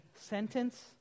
sentence